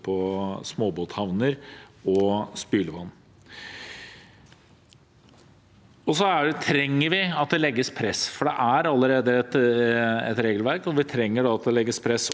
på småbåthavner og spylevann. Så trenger vi at det legges press, for det er allerede et regelverk, og vi trenger at det legges press